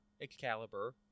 Excalibur